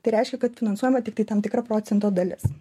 tai reiškia kad finansuojama tiktai tam tikra procento dalis